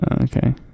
Okay